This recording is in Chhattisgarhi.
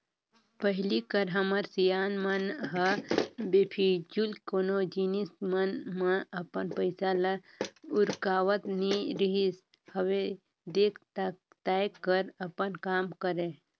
पहिली कर हमर सियान मन ह बेफिजूल कोनो जिनिस मन म अपन पइसा ल उरकावत नइ रिहिस हवय देख ताएक कर अपन काम करय